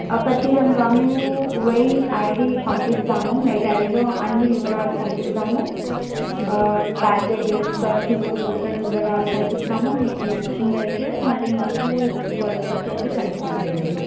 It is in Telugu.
ఖచ్చితంగా మేము మెయిల్ ఐడీ పంపిస్తాము మెయిల్ ఐడిలో అన్ని వివరాలు పంపిస్తాము ప్యాకేజెస్ ఖర్చులు హోటల్ వివరాలు పంపిస్తాము మీకు నచ్చింది అయితే మళ్ళీ మాకు కాల్ బ్యాక్ చేసి కన్ఫామ్ చేయండి